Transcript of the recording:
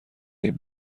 این